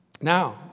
Now